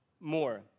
more